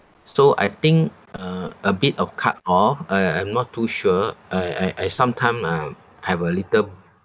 so I think uh a bit of cut off uh I'm not too sure I I I sometime uh I've a little